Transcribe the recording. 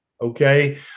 Okay